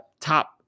top